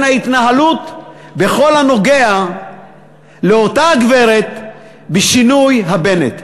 ההתנהלות בכל הנוגע לאותה הגברת בשינוי הבנט.